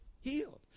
healed